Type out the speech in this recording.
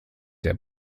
der